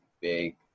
big